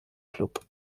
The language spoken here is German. klub